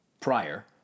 prior